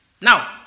Now